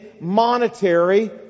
monetary